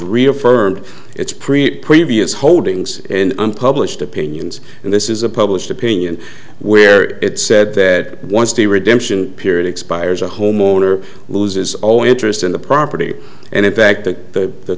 reaffirmed its preet previous holdings and unpublished opinions and this is a published opinion where it said that once the redemption period expires the homeowner loses all interest in the property and in fact that the